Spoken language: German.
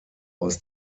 aus